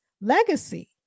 legacy